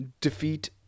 defeat